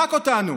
רק אותנו.